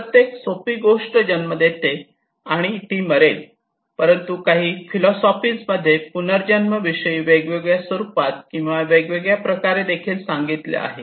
प्रत्येक सोपी गोष्ट जन्म देते आणि ती मरेल परंतु काही फिलोसोफी मध्ये पुनर्जन्म विषयी वेगळ्या स्वरूपात किंवा वेगळ्या प्रकारे देखील सांगितले आहे